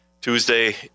Tuesday